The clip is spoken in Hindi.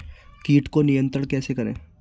कीट को नियंत्रण कैसे करें?